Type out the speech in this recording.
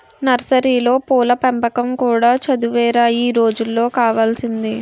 నర్సరీలో పూల పెంపకం కూడా చదువేరా ఈ రోజుల్లో కావాల్సింది